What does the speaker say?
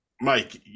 Mike